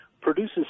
produces